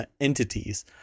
entities